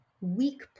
weak